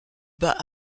bas